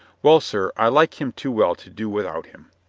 well, sir, i like him too well to do with out him.